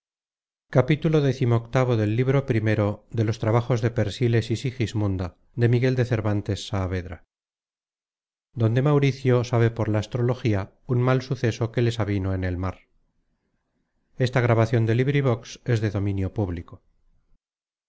donde mauricio sabe por la astrología un mal suceso que les avino en el mar